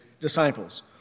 disciples